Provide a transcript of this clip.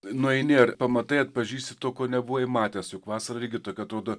nueini ar pamatai atpažįsti to ko nebuvai matęs juk vasarą irgi tokia atrodo